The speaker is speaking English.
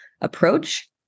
approach